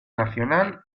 nacional